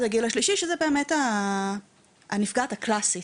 הגיל השלישי שזו באמת הנפגעת הקלאסית,